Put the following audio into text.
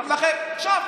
מאמינים.